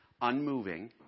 unmoving